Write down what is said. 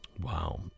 wow